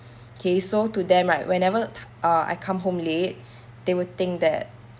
okay so to them right whenever th~ I come home late they would think that